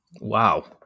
Wow